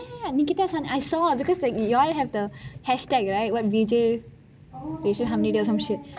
ya I saw because uh you have all the hashtag right what V_J racial harmony day or some shit